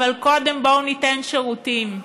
אבל קודם בואו ניתן שירותים,